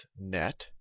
net